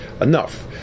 Enough